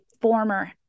former